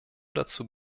dazu